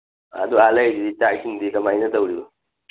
ꯑꯗꯨ ꯑꯥ ꯂꯩꯕꯗꯗꯤ ꯆꯥꯛ ꯏꯁꯤꯡꯗꯤ ꯀꯃꯥꯏꯅ ꯇꯧꯔꯤꯕ